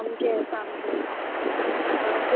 सामकें सामकें